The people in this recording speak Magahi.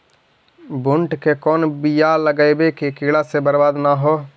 बुंट के कौन बियाह लगइयै कि कीड़ा से बरबाद न हो?